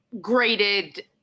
graded